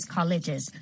Colleges